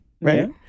right